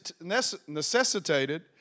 necessitated